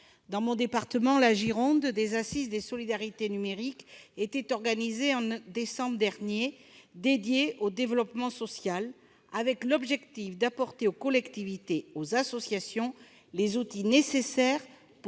Dans mon département, la Gironde, des assises des solidarités numériques étaient organisées au mois de décembre dernier. Dédiées au développement social, elles avaient pour objectif d'apporter aux collectivités et aux associations les outils nécessaires pour